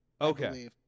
Okay